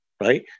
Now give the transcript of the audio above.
Right